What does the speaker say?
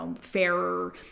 fairer